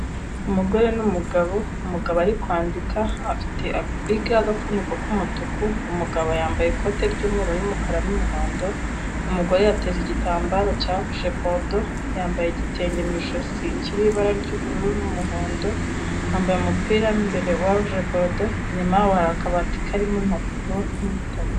Umugore n'umugabo, umugabo ari kwandika afite bike y' agafuniko k'umutuku. Umugabo yambaye ikote ry'umweru n'umukara n'umuhondo. Umugore yateze igitambaro cya rouge bordon, yambaye igitenge mu ijosi kiriho ibara ry'ubururu n'umuhondo, yambaye umupira mo imbere wa rouge bordon, inyuma hari akabati karimo impapuro n'ibitabo.